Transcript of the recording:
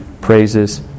praises